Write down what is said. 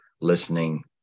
listening